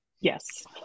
Yes